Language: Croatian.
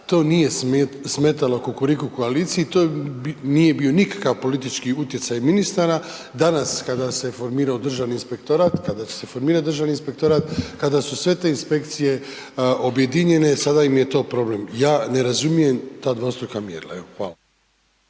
to nije smetalo Kukuriku koaliciji, to nije bio nikakav politički utjecaj ministara, danas kada se formirao Državni inspektorat, kada će se formirat Državni inspektorat, kad su sve te inspekcije objedinjene, sada im je to problem. Ja ne razumijem ta dvostruka mjerila, evo